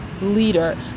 leader